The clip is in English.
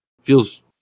Feels